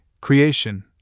Creation